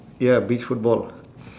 ya beach football